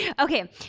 okay